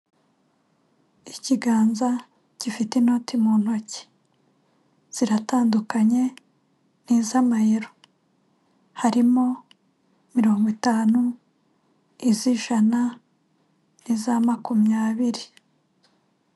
Ikiganza gifite inoti mu ntoki ziratandukanye niz'amayero harimo mirongo itanu izijana iza makumyabiri.